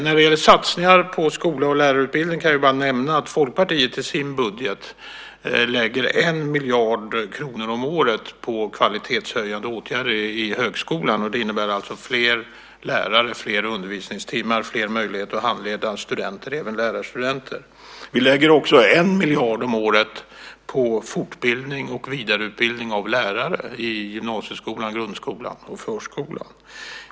När det gäller satsningar på skola och lärarutbildning kan jag bara nämna att Folkpartiet i sin budget lägger 1 miljard kronor om året på kvalitetshöjande åtgärder i högskolan. Det innebär alltså fler lärare, fler undervisningstimmar, fler möjligheter att handleda studenter, även lärarstudenter. Vi lägger också 1 miljard om året på fortbildning och vidareutbildning av lärare i gymnasieskolan, grundskolan och förskolan.